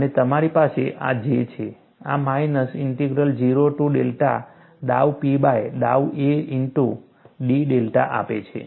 અને તમારી પાસે આ J છે આ માઇનસ ઇન્ટિગ્રલ 0 ટુ ડેલ્ટા ડાઉ P બાય ડાઉ a ઇનટુ d ડેલ્ટા આપે છે